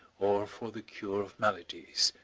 or for the cure of maladies.